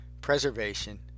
preservation